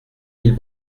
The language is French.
mille